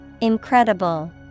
Incredible